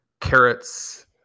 carrots